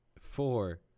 Four